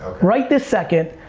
right this second,